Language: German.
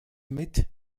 mit